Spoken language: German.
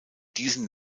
diesen